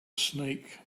snake